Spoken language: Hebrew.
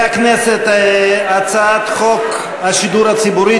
בעד הצעת החוק,